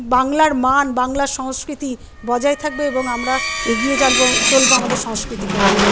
বাংলার মান বাংলার সংস্কৃতি বজায় থাকবে এবং আমরা এগিয়ে চলব আমাদের সংস্কৃতিকে নিয়ে